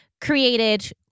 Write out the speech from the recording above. created